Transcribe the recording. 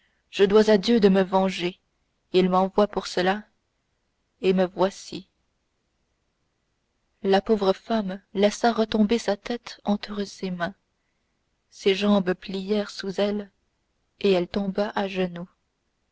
je dois à dieu de me venger il m'envoie pour cela et me voici la pauvre femme laissa retomber sa tête entre ses mains ses jambes plièrent sous elle et elle tomba à genoux